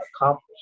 accomplished